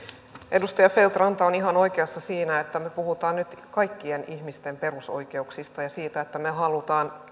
edustaja feldt ranta on ihan oikeassa siinä että me puhumme nyt kaikkien ihmisten perusoikeuksista ja siitä että me haluamme